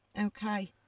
Okay